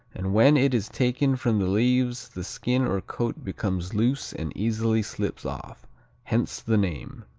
and when it is taken from the leaves the skin or coat becomes loose and easily slips off hence the name.